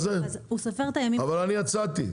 אבל אני יצאתי.